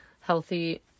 healthy